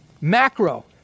Macro